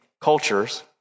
cultures